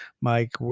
Mike